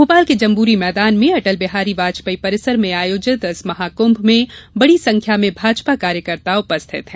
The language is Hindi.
भोपाल के जम्बूरी मैदान में अटल बिहारी वाजपेयी परिसर में आयोजित इस महाक्भ में बड़ी संख्या में भाजपा कार्यकर्ता उपस्थित हैं